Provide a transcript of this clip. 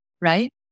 Right